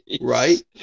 Right